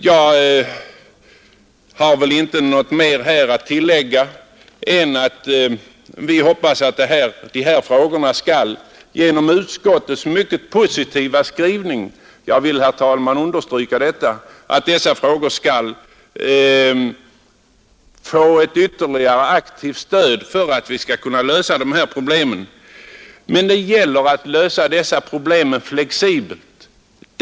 Jag skall emellertid inte tillägga mer än att vi hoppas att strävandena att lösa dessa problem skall få ytterligare ett aktivt stöd genom utskottets skrivning, som jag vill understryka att jag finner mycket positiv. Men det gäller att lösa dessa problem flexibelt.